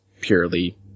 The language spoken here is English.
purely